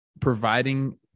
providing –